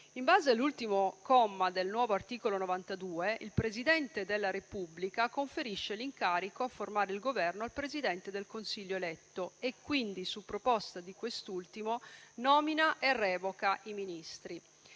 In base all'ultimo comma del nuovo articolo 92, il Presidente della Repubblica conferisce l'incarico a formare il Governo al Presidente del Consiglio eletto e quindi, su proposta di quest'ultimo, nomina e revoca i Ministri.